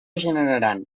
generaran